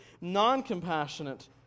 non-compassionate